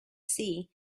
see